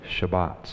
Shabbat